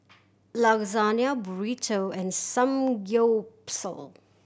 Lasagne Burrito and Samgyeopsal